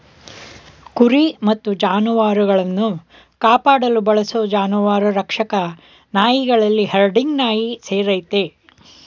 ಕುರಿ ಮತ್ತು ಜಾನುವಾರುಗಳನ್ನು ಕಾಪಾಡಲು ಬಳಸೋ ಜಾನುವಾರು ರಕ್ಷಕ ನಾಯಿಗಳಲ್ಲಿ ಹರ್ಡಿಂಗ್ ನಾಯಿ ಸೇರಯ್ತೆ